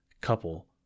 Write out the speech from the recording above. couple